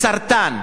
שהוא גזען,